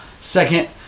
second